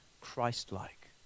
Christ-like